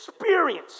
experience